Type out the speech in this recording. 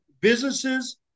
businesses